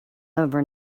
over